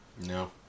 No